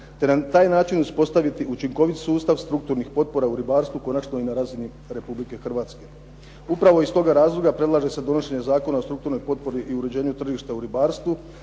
te na taj način uspostaviti učinkovit sustav strukturnih potpora u ribarstvu konačno i na razini Republike Hrvatske. Upravo iz toga razloga predlaže se donošenje Zakona o strukturnoj potpori i uređenju tržišta u ribarstvu